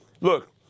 Look